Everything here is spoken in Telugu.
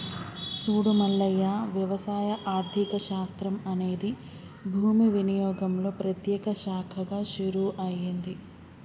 సూడు మల్లయ్య వ్యవసాయ ఆర్థిక శాస్త్రం అనేది భూమి వినియోగంలో ప్రత్యేక శాఖగా షురూ అయింది